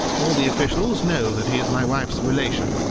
all the officials know that he is my wife's relation,